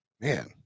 man